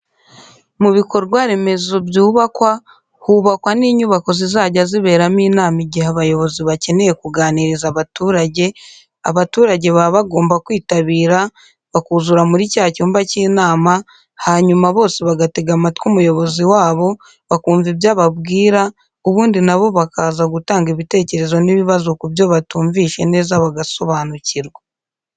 Mu bikorwa remezo byubakwa hubakwa n'inyubako zizajya ziberamo inama igihe abayobozi bakeneye kuganiriza abaturage, abaturage baba bagomba kwitabira bakuzura muri cya cyumba cy'inama hanyuma bose bagatega amatwi umuyobozi wabo bakumva ibyo ababwira ubundi na bo bakaza gutanga ibitekerezo n'ibibazo ku byo batumvishe neza bagasobanukirwa.